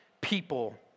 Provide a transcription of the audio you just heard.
people